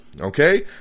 Okay